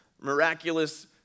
miraculous